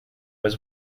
was